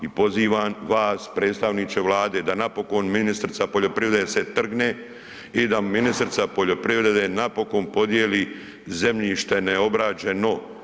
I pozivam vas predstavniče Vlade da napokon ministrica poljoprivrede se trgne i da ministrica poljoprivredne napokon podjeli zemljište neobrađeno.